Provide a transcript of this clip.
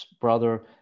brother –